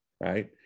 right